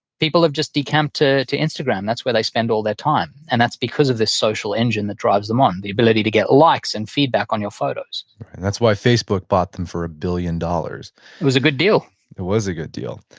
people have just decamped to to instagram. that's where they spend all their time, and that's because of the social engine that drives them on, the ability to get likes and feedback on your photos and that's why facebook bought them for one dollars billion it was a good deal it was a good deal.